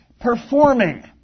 performing